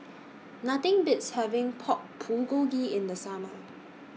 Nothing Beats having Pork Bulgogi in The Summer